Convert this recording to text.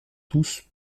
tous